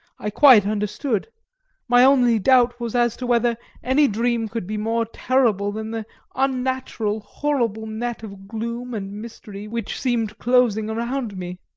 i quite understood my only doubt was as to whether any dream could be more terrible than the unnatural, horrible net of gloom and mystery which seemed closing around me.